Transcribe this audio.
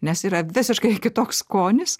nes yra visiškai kitoks skonis